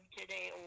today